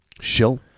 shill